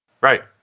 Right